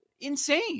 insane